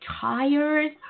tired